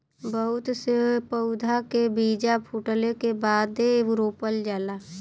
बहुत से पउधा के बीजा फूटले के बादे रोपल जाला